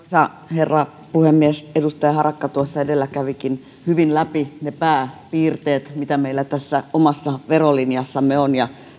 herra puhemies edustaja harakka tuossa edellä kävikin hyvin läpi ne pääpiirteet mitä meillä tässä omassa verolinjassamme on ja